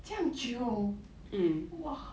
这样久 !wah!